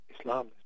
Islam